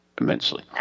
immensely